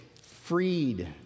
freed